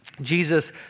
Jesus